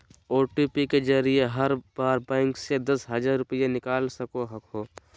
OTP के जरिए हर बार बैंक से दस हजार रुपए निकाल सको हखो